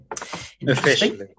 Officially